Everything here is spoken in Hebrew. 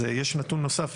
אז יש נתון נוסף.